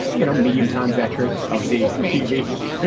you know, medium time veteran of these tv.